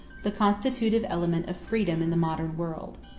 the constitutive element of freedom in the modern world.